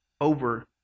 over